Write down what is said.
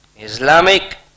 Islamic